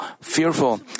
fearful